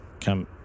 come